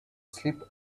sleep